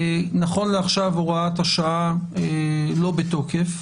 נכון לעכשיו הוראת השעה לא בתוקף.